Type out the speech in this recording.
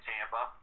Tampa